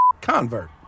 convert